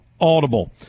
Audible